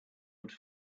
would